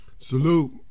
Salute